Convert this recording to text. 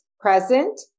present